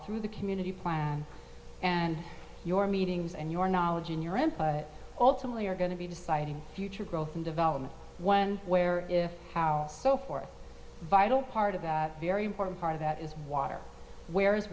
through the community plan and your meetings and your knowledge in your rent but also only are going to be deciding future growth and development when where if how so forth vital part of that very important part of that is water where